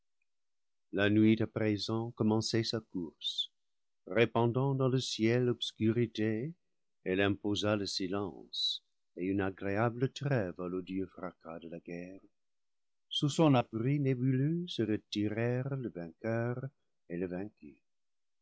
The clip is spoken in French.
la nuit à présent commençait sa course répandant dans le ciel l'obscurité elle imposa le silence et une agréable trêve à l'odieux fracas de la guerre sous son abri nébuleux se re tirèrent le vainqueur et le